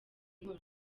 nkora